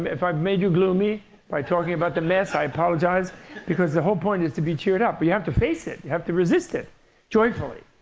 if i've made you gloomy by talking about the mess, i apologize because the whole point is to be cheered up. but you have to face it. you have to resist it joyfully.